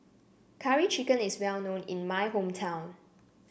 Curry Chicken is well known in my hometown